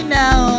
now